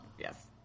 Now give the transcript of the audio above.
Yes